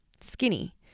Skinny